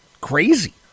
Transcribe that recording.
crazy